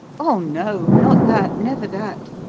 oh, no not that never that!